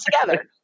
together